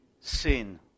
sin